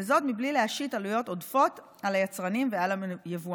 וזאת בלי להשית עלויות עודפות על היצרנים ועל היבואנים.